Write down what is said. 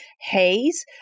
haze